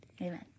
amen